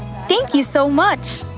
thank you so much!